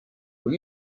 will